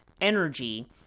energy